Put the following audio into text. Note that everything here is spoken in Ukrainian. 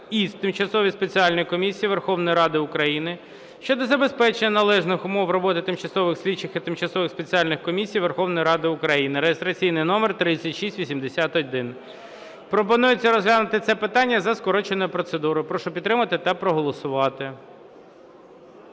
і тимчасові спеціальні комісії Верховної Ради України" щодо забезпечення належних умов роботи тимчасових слідчих і тимчасових спеціальних комісій Верховної Ради України (реєстраційний номер 3681). Пропонується розглянути це питання за скороченою процедурою. Прошу підтримати та проголосувати.